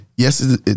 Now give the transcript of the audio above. Yes